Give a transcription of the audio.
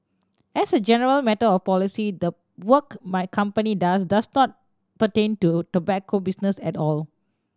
as a general matter of policy the work my company does does not pertain to tobacco business at all